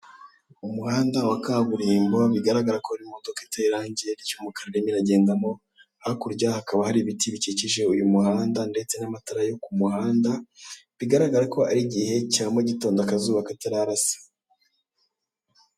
Umuhanda wa kaburimbo bigaragara ko hari imodoka iteye irange ry'umukara irimo iragendamo, hakurya hakaba hari ibiti bikikije uyu muhanda ndetse n'amatara yo ku muhanda bigaragara ko ari igihe cya mu gitondo akazuba katararasa.